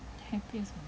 happiest moment